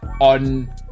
on